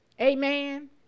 Amen